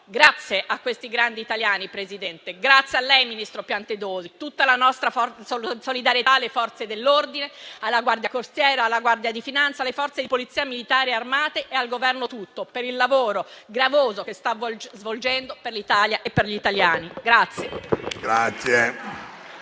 Grazie a questi grandi italiani, Presidente; grazie a lei, ministro Piantedosi. Esprimo tutta la nostra solidarietà alle Forze dell'ordine, alla Guardia costiera, alla Guardia di finanza, alle Forze di polizia militari e armate e al Governo tutto, per il lavoro gravoso che sta svolgendo per l'Italia e per gli italiani.